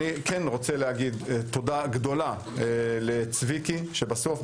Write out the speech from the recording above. אני רוצה להגיד תודה גדולה לצביקי טסלר,